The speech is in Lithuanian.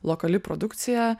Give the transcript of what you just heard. lokali produkcija